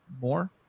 more